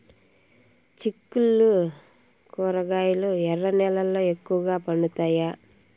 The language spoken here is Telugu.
చిక్కుళ్లు కూరగాయలు ఎర్ర నేలల్లో ఎక్కువగా పండుతాయా